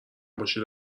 باشید